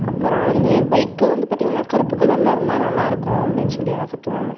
அப்புறம் வந்து பைக்கு வந்து பார்த்தீங்கன்னா கருப்பு கலரில் இருந்தால் நல்லாயிருக்கும் அப்படினு சொல்லி எனக்கு தோணும்